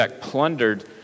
plundered